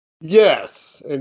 Yes